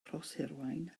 rhoshirwaun